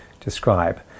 describe